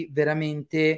veramente